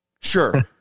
Sure